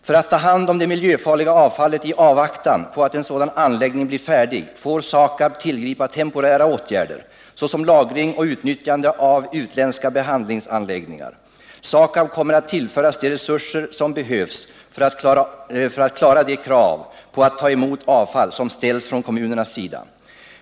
För att ta hand om det miljöfarliga avfallet i avvaktan på att en sådan anläggning blir färdig får SAKAB tillgripa temporära åtgärder, såsom lagring och utnyttjande av utländska behandlingsanläggningar. SAKAB kommer att tillföras de resurser som behövs för att klara de krav på att ta emot avfall som ställs från kommunernas sida.